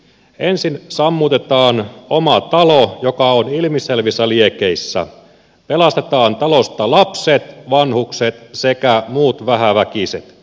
ensin sammutetaan oma talo joka on ilmiselvissä liekeissä pelastetaan talosta lapset vanhukset sekä muut vähäväkiset